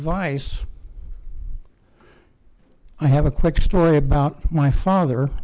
vice i have a quick story about my father